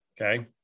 Okay